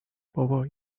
بابا